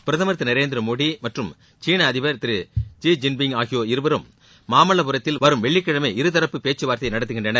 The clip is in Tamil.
பிரதமர் திரு நரேந்திர மோடி மற்றும் சீள அதிபர் ஜி ஜின்பிய் ஆகிய இருவரும் மாமல்லபுரத்தில் வரும் வெள்ளிக்கிழமை இருதரப்பு பேச்சுவார்த்தை நடத்துகின்றனர்